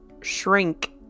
shrink